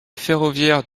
ferroviaire